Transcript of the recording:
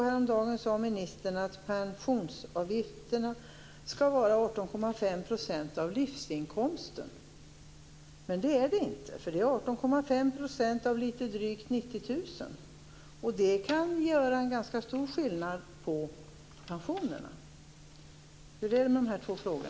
Häromdagen sade ministern att pensionsavgifterna skall vara 18,5 % av livsinkomsten. Men så är det inte. Det är 18,5 % av litet drygt 90 000. Det kan göra en ganska stor skillnad på pensionerna. Hur är det med dessa två frågor?